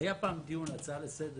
שהיה פעם דיון בהצעה לסדר